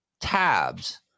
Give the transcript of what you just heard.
tabs